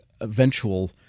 eventual